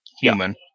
human